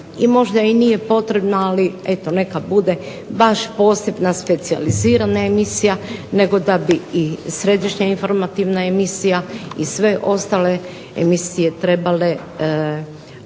i možda i nije potrebna ali eto neka bude baš posebna, specijalizirana emisija nego da bi i središnja informativna emisija i sve ostale emisije trebale govoriti